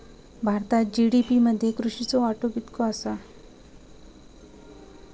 भारतात जी.डी.पी मध्ये कृषीचो वाटो कितको आसा?